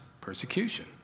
persecution